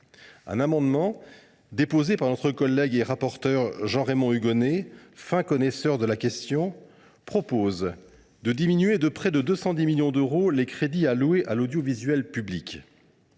un amendement, notre collègue et rapporteur spécial Jean Raymond Hugonet, fin connaisseur du sujet, propose de diminuer de près de 210 millions d’euros les crédits alloués à l’audiovisuel public.